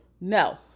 No